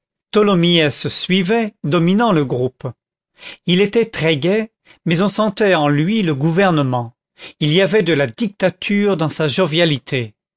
tholomyès suivait dominant le groupe il était très gai mais on sentait en lui le gouvernement il y avait de la dictature dans sa jovialité